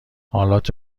آلات